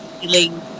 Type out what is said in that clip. feeling